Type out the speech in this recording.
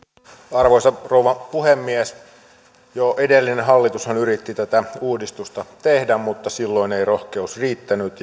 arvoisa rouva puhemies jo edellinen hallitushan yritti tätä uudistusta tehdä mutta silloin ei rohkeus riittänyt